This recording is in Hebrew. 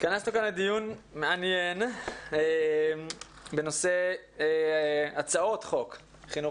התכנסנו כאן לדיון מעניין בנושא הצעות חוק חינוך